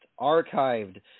archived